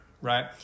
right